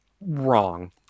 wrong